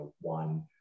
one